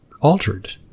altered